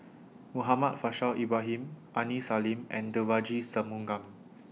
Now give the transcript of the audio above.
Muhammad Faishal Ibrahim Aini Salim and Devagi Sanmugam